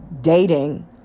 dating